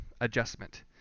adjustment